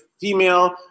female